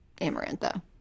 Amarantha